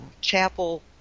chapel